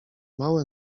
małe